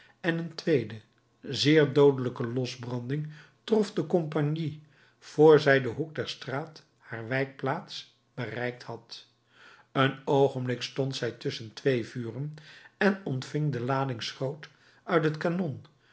en een tweede zeer doodelijke losbranding trof de compagnie vr zij den hoek der straat haar wijkplaats bereikt had een oogenblik stond zij tusschen twee vuren en ontving de lading schroot uit het kanon